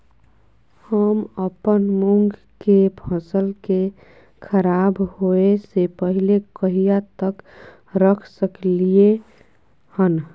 हम अपन मूंग के फसल के खराब होय स पहिले कहिया तक रख सकलिए हन?